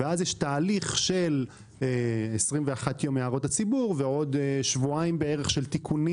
ואז יש תהליך של 21 יום להערות הציבור ועוד שבועיים של תיקונים